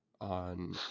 on